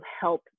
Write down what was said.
help